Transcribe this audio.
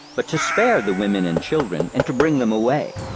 but to spare the women and children, and to bring them away,